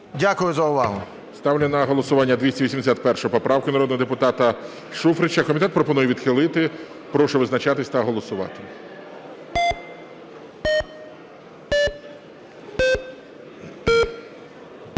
Дякую за увагу.